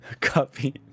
Copy